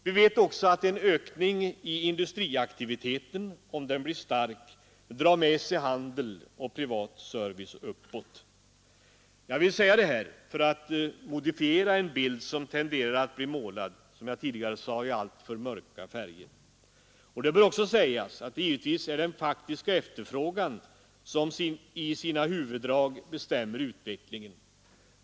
Vi vet också att en ökning i industriaktiviteten, om den blir stark, drar med sig handel och privat service uppåt. Jag vill säga det här för att modifiera en bild som tenderar att bli målad — som jag tidigare sade — i alltför mörka färger. Och det bör också sägas att det givetvis är den faktiska efterfrågan som i sina huvuddrag bestämmer utvecklingen.